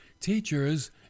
teachers